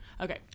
Okay